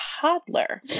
toddler